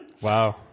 Wow